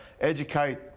educate